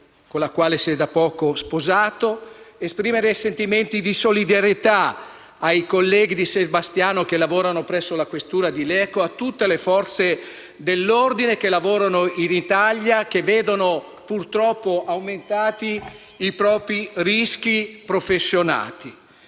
con la quale si è da poco sposato, nonché di solidarietà ai colleghi di Sebastiano che lavorano presso la questura di Lecco e a tutte le Forze dell’ordine che lavorano in Italia e vedono, purtroppo, aumentati i propri rischi professionali.